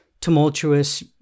tumultuous